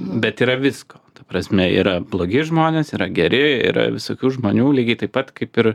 bet yra visko prasme yra blogi žmonės yra geri yra visokių žmonių lygiai taip pat kaip ir